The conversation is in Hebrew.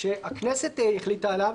שהכנסת החליטה עליו,